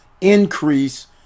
increase